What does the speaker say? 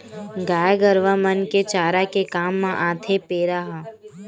गाय गरुवा मन के चारा के काम म आथे पेरा ह